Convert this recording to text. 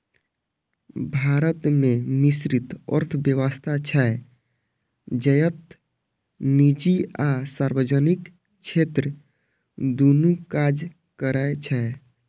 भारत मे मिश्रित अर्थव्यवस्था छै, जतय निजी आ सार्वजनिक क्षेत्र दुनू काज करै छै